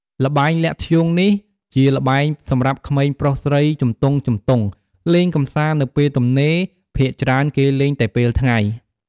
ល្បែងលាក់ធ្យូងនេះ ជាល្បែងសម្រាប់ក្មេងប្រុសស្រីជំទង់ៗលេងកំសាន្តនៅពេលទំនេរ ភាគច្រើនគេលេងតែពេលថ្ងៃ។